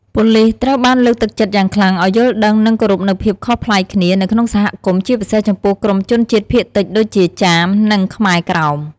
ប៉ូលិសត្រូវបានលើកទឹកចិត្តយ៉ាងខ្លាំងឲ្យយល់ដឹង និងគោរពនូវភាពខុសប្លែកគ្នា នៅក្នុងសហគមន៍ ជាពិសេសចំពោះក្រុមជនជាតិភាគតិចដូចជា ចាម និងខ្មែរក្រោម។